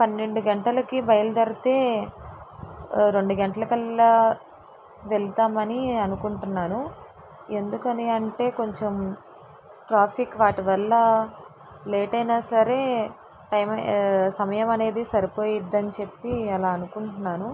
పన్నెండు గంటలకి బయలుదేరితే రెండు గంటల కల్లా వెళ్తామని అనుకుంటున్నాను ఎందుకని అంటే కొంచెం ట్రాఫిక్ వాటి వల్ల లేట్ అయినా సరే టైం సమయం అనేది సరిపోయిద్ది అని చెప్పి అలా అనుకుంటున్నాను